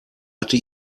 hatte